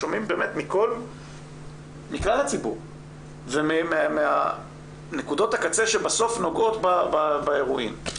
שומעים מכלל הציבור ומנקודות הקצה שבסוף נוגעות באירועים.